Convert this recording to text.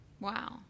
Wow